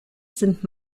sind